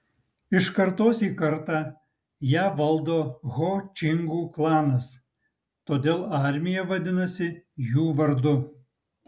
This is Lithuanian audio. iš kartos į kartą ją valdo ho čingų klanas todėl armija vadinasi jų vardu